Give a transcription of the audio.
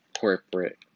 corporate